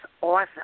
awesome